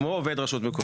כמו עובד רשות מקומית.